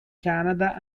canada